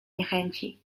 niechęci